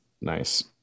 Nice